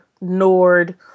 Nord